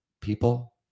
people